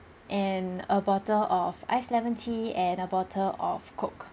and a bottle of ice lemon tea and a bottle of coke